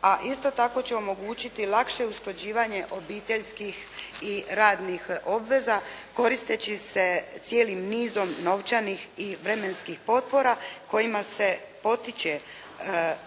a isto tako će omogućiti lakše usklađivanje obiteljskih i radnih obveza koristeći se cijelim nizom novčanih i vremenskih potpora kojima se potiče